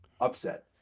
Upset